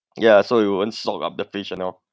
ya so it won't sog up the fish and all